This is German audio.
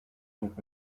und